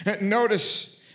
notice